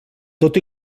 tot